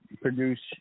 produce